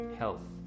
health